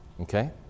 okay